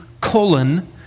colon